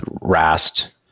Rast